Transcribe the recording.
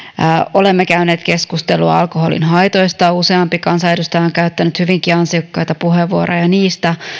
olemme käyneet keskustelua alkoholin haitoista useampi kansanedustaja on on käyttänyt hyvinkin ansiokkaita puheenvuoroja niistä